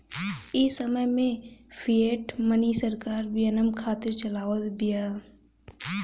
इ समय में फ़िएट मनी सरकार विनिमय खातिर चलावत बिया